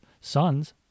Sons